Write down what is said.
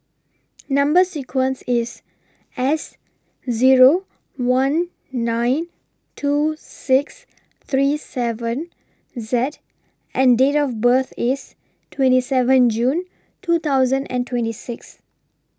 Number sequence IS S Zero one nine two six three seven Z and Date of birth IS twenty seven June two thousand and twenty six